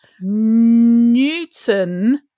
Newton